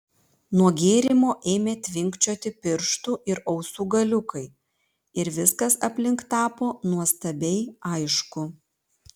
nuo gėrimo ėmė tvinkčioti pirštų ir ausų galiukai ir viskas aplink tapo nuostabiai aišku